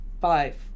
five